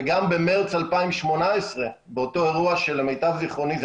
וגם במרץ 2018 באותו אירוע שלמיטב זכרוני זה